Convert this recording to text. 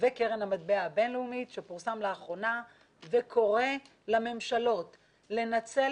וקרן המטבע הבין-לאומית שפורסם לאחרונה וקורא לממשלות לנצל